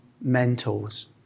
mentors